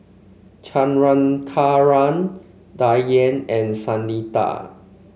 Chandrasekaran Dhyan and Sunita